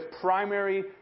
primary